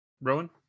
rowan